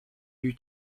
lui